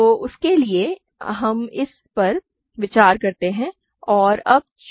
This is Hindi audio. तो उसके लिए हम इस पर विचार करते हैं